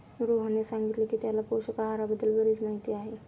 रोहनने सांगितले की त्याला पोषक आहाराबद्दल बरीच माहिती आहे